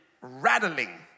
rattling